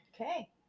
Okay